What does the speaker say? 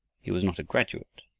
he was not a graduate,